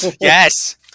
yes